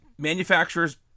manufacturer's